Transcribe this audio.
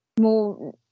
More